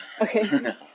Okay